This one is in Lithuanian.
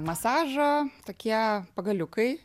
masažo tokie pagaliukai